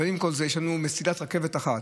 אבל עם כל זה, יש לנו מסילת רכבת אחת.